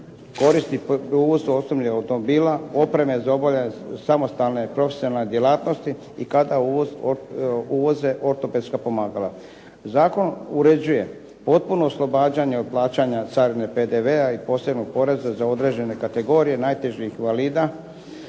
koriste pri uvozu osobnih automobila, opreme za obavljanje samostalne profesionalne djelatnosti i kada uvoze ortopedska pomagala. Zakon uređuje potpuno oslobađanje od plaćanja carine, PDV-a i posebnog poreza za određene kategorije najtežih invalida